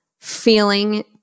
feeling